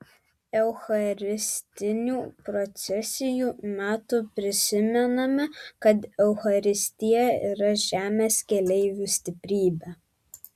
eucharistinių procesijų metu prisimename kad eucharistija yra žemės keleivių stiprybė